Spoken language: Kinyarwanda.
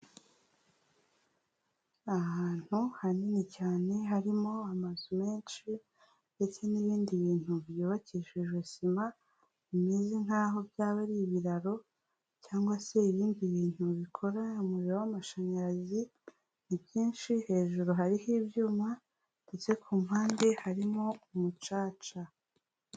Ahantu hanini cyane harimo amazu menshi ndetse n'ibindi bintu byubakishije sima bimeze nkaho byaba ari ibiraro cyangwa se ibindi bintu bikora umuriro w'amashanyarazi, ni byinshi, hejuru hariho ibyuma ndetse ku mpande harimo umucaca.